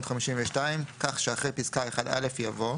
התשי|"ב-1952, כך שאחרי פסקה (1א) יבוא: